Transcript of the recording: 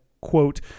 quote